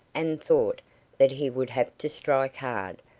and thought that he would have to strike hard,